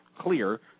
clear